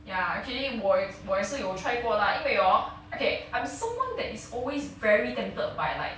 ya actually 我也是我也是有 try 过 lah 因为 hor okay I'm someone that is always very tempted by like